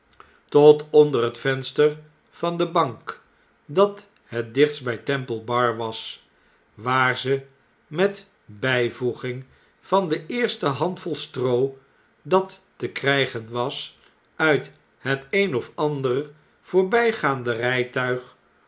tot onder het venster van de bank dat het dichtst bij temple bar was waar ze met bijvoeging van de eerste handvol stroo dat te krjjgen was uit het een of ander voorbijgaande